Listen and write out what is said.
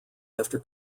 after